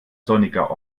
sonniger